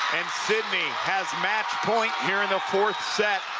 and sidney has match point here in the fourth set.